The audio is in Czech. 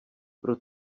pro